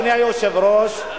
אדוני היושב-ראש,